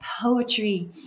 poetry